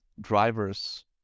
drivers